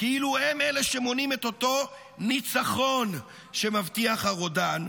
כאילו הם אלה שמונעים את אותו ניצחון שמבטיח הרודן,